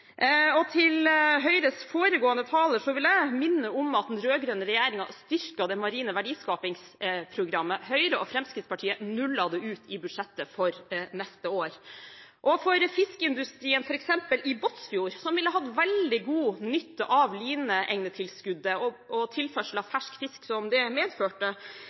miljøteknologi. Til Høyres foregående taler vil jeg minne om at den rød-grønne regjeringen styrket det marine verdiskapingsprogrammet. Høyre og Fremskrittspartiet nullet det ut i budsjettet for neste år. Jeg regner med at fiskeindustrien f.eks. i Båtsfjord, som ville hatt veldig god nytte av lineegnetilskuddet og tilførselen av fersk fisk som det medførte,